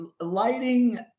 lighting